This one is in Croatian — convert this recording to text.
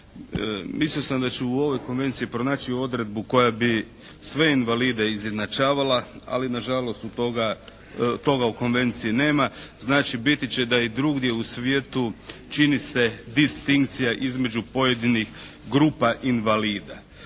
Mislio da ću u ovoj Konvenciji pronaći odredbu koja bi sve invalide izjednačavala, ali na žalost toga u Konvenciji nema. Znači biti će da i drugdje u svijetu čini se distinkcija između pojedinih grupa invalida.